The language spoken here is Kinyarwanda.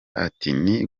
atini